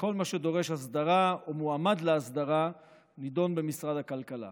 וכל מה שדורש הסדרה או מועמד להסדרה נדון במשרד הכלכלה.